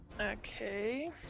Okay